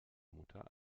mutter